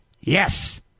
Yes